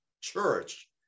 church